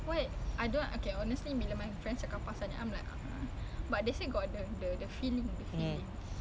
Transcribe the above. some smokers they say like that others smoker dah macam dah biasa kan ah dia orang takkan rasa sangat ah